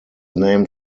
named